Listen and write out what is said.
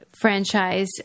franchise